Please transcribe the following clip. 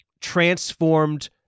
transformed